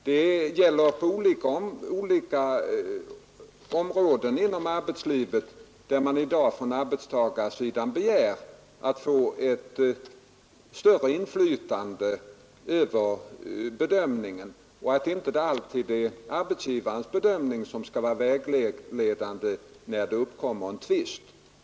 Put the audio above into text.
Det gäller på olika områden inom arbetslivet där man i dag från arbetstagarsidan begär att få ett större inflytande över bedömningen och anser att arbetsgivarens ståndpunkt inte alltid skall vara vägledande när en uppgörelse inte kan ske.